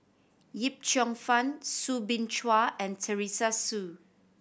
Yip Cheong Fun Soo Bin Chua and Teresa Hsu